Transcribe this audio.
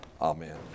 Amen